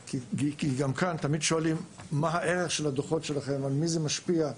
תמיד שואלים מה הערך של הדוחות שלכם ועל מי זה משפיע?